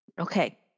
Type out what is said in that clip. Okay